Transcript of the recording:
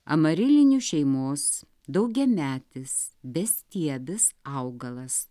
amarilinių šeimos daugiametis bestiebis augalas